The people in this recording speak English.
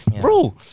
bro